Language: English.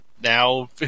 now